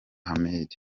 ahmed